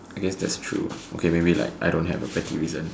I guess that's true okay maybe like I don't have a petty reason